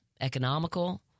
economical